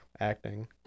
acting